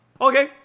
Okay